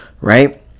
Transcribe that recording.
right